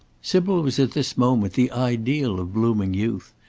sybil was at this moment the ideal of blooming youth,